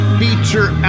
feature